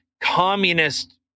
communist